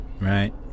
right